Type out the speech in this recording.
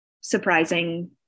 surprising